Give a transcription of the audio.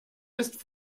ist